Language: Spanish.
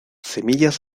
semillas